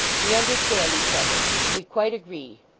we understand each other. we quite agree.